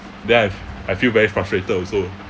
then I f~ I feel very frustrated also